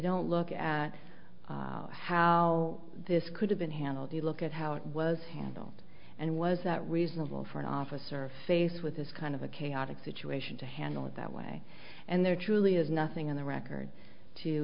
don't look at how this could have been handled look at how it was handled and was that reasonable for an officer faced with this kind of a chaotic situation to handle it that way and there truly is nothing on the record to